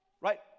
right